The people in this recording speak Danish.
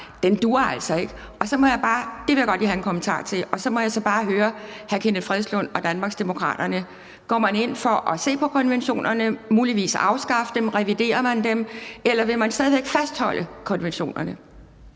Den duer altså ikke. Det vil jeg godt lige have en kommentar til. Så må jeg så bare høre hr. Kenneth Fredslund Petersen fra Danmarksdemokraterne, om man går ind for at se på konventionerne og muligvis afskaffe dem eller revidere dem, eller om man stadig væk vil fastholde konventionerne.